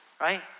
right